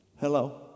Hello